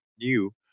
new